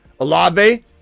Alave